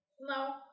No